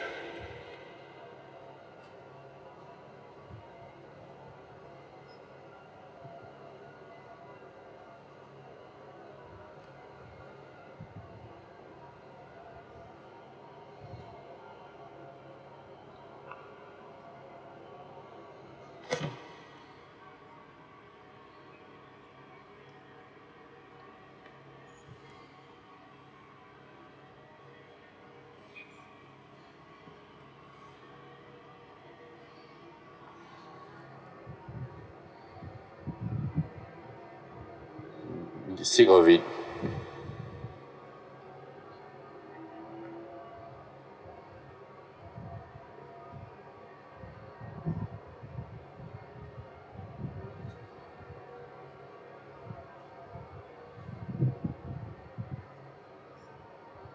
sick of it